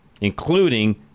Including